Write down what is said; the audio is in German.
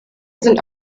sind